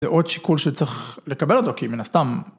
‫זה עוד שיקול שצריך לקבל אותו, ‫כי אם נסתם...